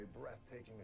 breathtaking